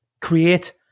create